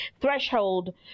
threshold